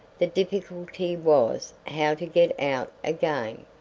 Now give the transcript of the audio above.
the difficulty was how to get out again.